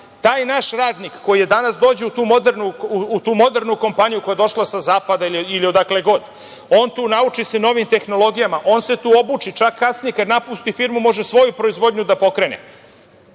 Taj naš radnik koji danas dođe u tu modernu kompaniju, koja je došla sa zapada ili odakle god, on tu nauči se novim tehnologijama, on se tu obuči. Kasnije, kad napusti firmu, može svoju proizvodnju da pokrene.